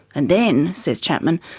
and then, says chapman,